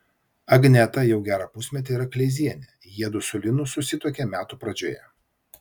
agneta jau gerą pusmetį yra kleizienė jiedu su linu susituokė metų pradžioje